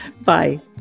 Bye